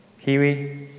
Kiwi